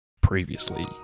Previously